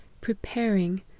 preparing